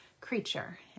creature